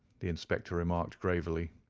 the inspector remarked gravely,